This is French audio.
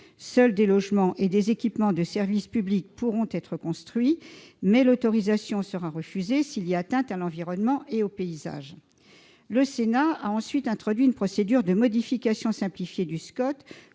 Seuls des logements et des équipements de service public pourront y être construits, mais l'autorisation sera refusée en cas d'atteinte à l'environnement et au paysage. Le Sénat a ensuite introduit une procédure de modification simplifiée du SCOT